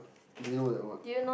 didn't know that one